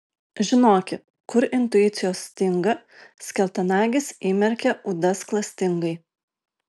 žinoki kur intuicijos stinga skeltanagis įmerkia ūdas klastingai